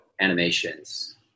animations